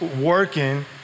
working